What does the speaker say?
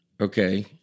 okay